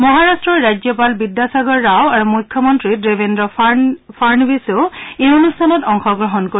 মহাৰাট্টৰ ৰাজ্যপাল বিদ্যাসাগৰ ৰাও আৰু মুখ্যমন্ত্ৰী দেৱেন্দ্ৰ ফাড়নৱিছেও এই অনুষ্ঠানত অংশগ্ৰহণ কৰিব